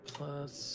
Plus